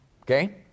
Okay